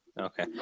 Okay